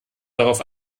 darauf